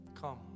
Come